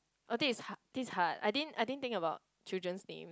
I think it's hard this hard I didn't I didn't think about children's name